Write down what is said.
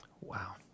Wow